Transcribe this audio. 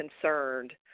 concerned